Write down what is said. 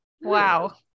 Wow